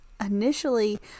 initially